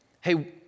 hey